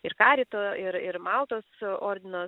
ir karito ir ir maltos ordino